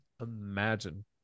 imagine